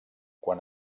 quan